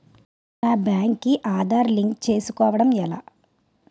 నా బ్యాంక్ కి ఆధార్ లింక్ చేసుకోవడం ఎలా?